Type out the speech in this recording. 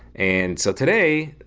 and so, today,